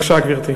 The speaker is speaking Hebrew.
גברתי.